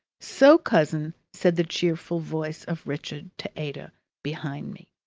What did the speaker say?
so, cousin, said the cheerful voice of richard to ada behind me.